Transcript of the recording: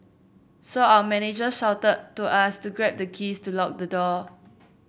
so our manager shouted to us to grab the keys to lock the door